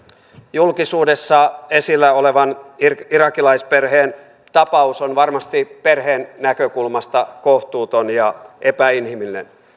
julkisuudessa esillä olevan irakilaisperheen tapaus on varmasti perheen näkökulmasta kohtuuton ja epäinhimillinen